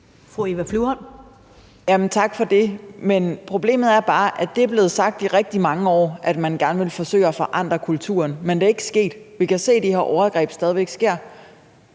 Eva Flyvholm (EL): Tak for det. Men problemet er bare, at det er blevet sagt i rigtig mange år, altså at man gerne vil forsøge at forandre kulturen, men det er ikke sket. Vi kan se, at de her overgreb stadig væk sker.